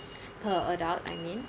per adult I mean